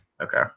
Okay